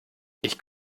ich